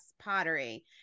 Pottery